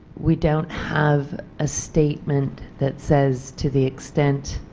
we don't have a statement that says to the extent